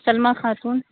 Salma Khatoon